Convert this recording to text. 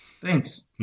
Thanks